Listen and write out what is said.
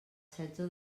setze